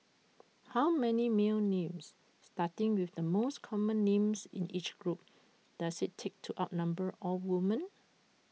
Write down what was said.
how many male names starting with the most common names in each group does IT take to outnumber all women